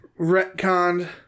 retconned